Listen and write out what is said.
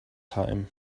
time